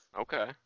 Okay